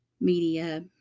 media